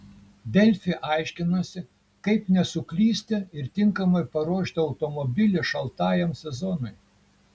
delfi aiškinasi kaip nesuklysti ir tinkamai paruošti automobilį šaltajam sezonui